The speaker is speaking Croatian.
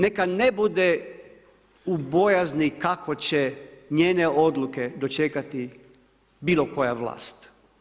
Neka ne bude u bojazni kako će njene odluke dočekati bilo koja vlast.